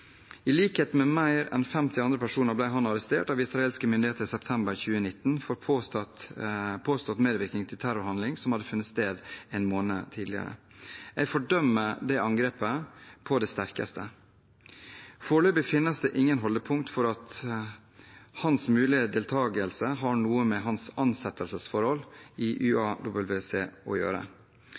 I likhet med mer enn 50 andre personer ble han arrestert av israelske myndigheter i september 2019 for påstått medvirkning til terrorhandlinger som hadde funnet sted en måned tidligere. Jeg fordømmer det angrepet på det sterkeste. Foreløpig finnes det ingen holdepunkter for at hans mulige deltakelse har noe med hans ansettelsesforhold i UAWC å gjøre.